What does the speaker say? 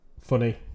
Funny